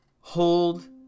Hold